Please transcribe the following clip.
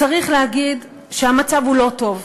צריך להגיד שהמצב לא טוב,